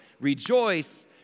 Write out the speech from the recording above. rejoice